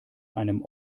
einem